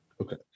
Okay